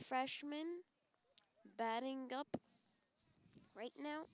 freshman batting right now